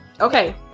Okay